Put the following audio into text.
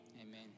Amen